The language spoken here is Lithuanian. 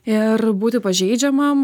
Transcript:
ir būti pažeidžiamam